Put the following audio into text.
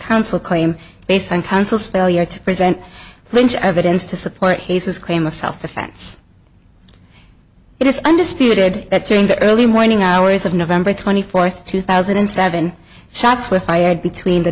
counsel claim based on tonsils failure to present lynch evidence to support his claim of self defense it is undisputed that during the early morning hours of november twenty fourth two thousand and seven shots were fired between the